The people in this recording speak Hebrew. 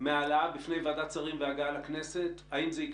מהעלאה בפני ועדת שרים והגעה לכנסת האם זה יקרה?